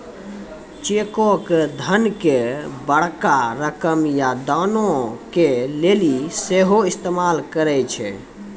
चेको के धन के बड़का रकम या दानो के लेली सेहो इस्तेमाल करै छै